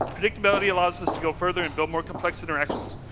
predictability allows us to go further and build more complex interactions.